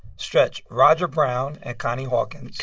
stretch, roger brown and connie hawkins.